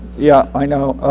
yeah, i know.